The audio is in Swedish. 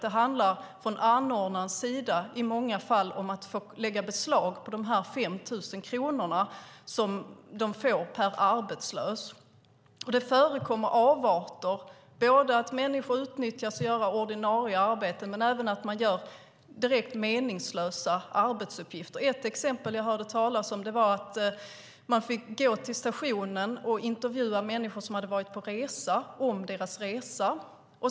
Det handlar från anordnarnas sida i många fall om att få lägga beslag på de 5 000 kronor som de får per arbetslös. Det förekommer avarter. Människor utnyttjas för att göra ordinarie arbete. Men det handlar även om att de gör direkt meningslösa arbetsuppgifter. Jag hörde talas om ett exempel där man fick gå till stationen och intervjua människor som hade varit på resa om deras resa.